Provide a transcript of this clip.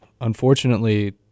unfortunately